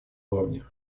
уровне